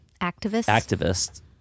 activists